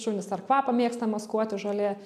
šunys ar kvapą mėgsta maskuoti žolėje